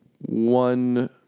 one